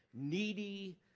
needy